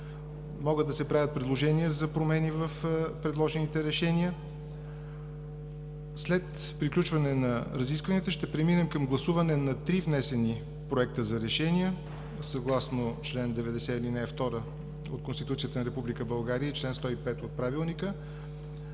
Могат да се правят предложения за промени в предложените решения. След приключване на разискванията ще преминем към гласуване на три внесени проекта за решения, съгласно чл. 90, ал. 2 от Конституцията на Република България и чл. 105 от Правилника,